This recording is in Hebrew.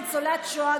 ניצולת שואה,